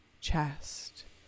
chest